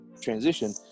transition